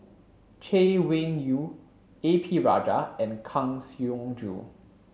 Chay Weng Yew A P Rajah and Kang Siong Joo